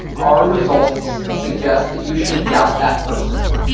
our results suggest that you should doubt that person.